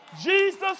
Jesus